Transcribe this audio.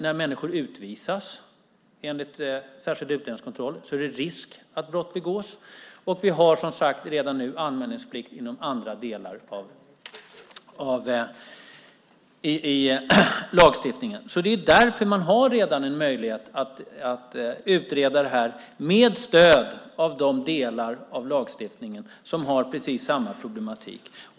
När människor utvisas enligt särskild utlänningskontroll är det risk att brott begås. Och vi har som sagt redan nu anmälningsplikt inom andra delar i lagstiftningen. Det är därför man redan har en möjlighet att utreda det här med stöd av de delar av lagstiftningen som omfattar precis samma problematik.